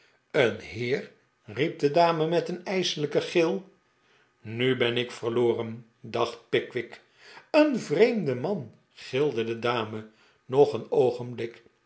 een heer riep de dame met een ijselijken gil nu ben ik verloren dacht pickwick een vreemde man glide de dame nog een oogenblik